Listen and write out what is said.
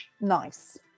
nice